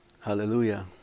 Hallelujah